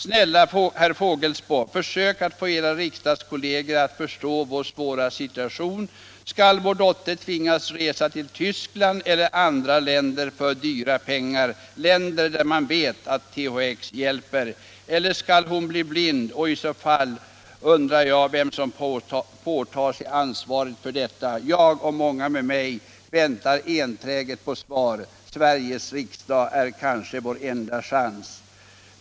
Snälla Herr Fågelsbo, försök att få era riksdagskolleger att förstå vår svåra situation. Skall vår dotter tvingas resa till Tyskland eller andra länder för dyra pengar, länder där man vet att THX hjälper. Eller skall hon bli blind och i så fall undrar jag vem som påtar sig ansvaret för detta? Jag och många med mig väntar enträget på ett svar. Sveriges Riksdag är kanske vår enda chans.